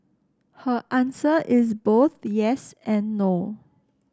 her answer is both yes and no